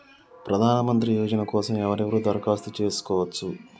ప్రధానమంత్రి యోజన కోసం ఎవరెవరు దరఖాస్తు చేసుకోవచ్చు?